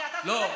כי אתה, לא.